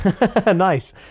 Nice